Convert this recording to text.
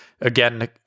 Again